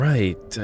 Right